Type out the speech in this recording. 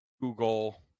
Google